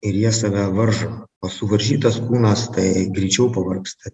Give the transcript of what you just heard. ir jie save varžo o suvaržytas kūnas tai greičiau pavargsta